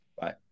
Bye